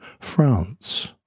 France